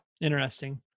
Interesting